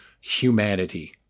humanity